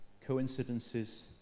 coincidences